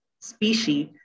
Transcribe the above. species